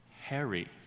Harry